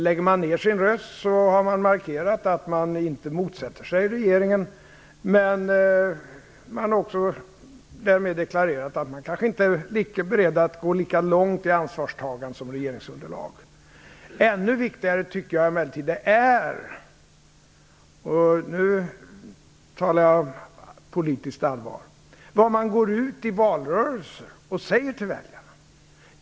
Lägger man ner sin röst har man markerat att man inte motsätter sig regeringen men därmed också deklarerat att man kanske inte är beredd att gå lika långt i ansvarstagande som regeringsunderlag. Ännu viktigare tycker jag emellertid att det är - och nu talar jag politiskt allvar - vad man går ut och säger till väljarna i valrörelsen.